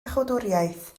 iachawdwriaeth